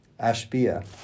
ashbia